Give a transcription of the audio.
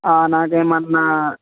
నాకేమన్నా